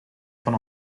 van